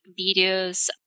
videos